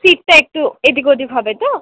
সিটটা একটু এদিক ওদিক হবে তো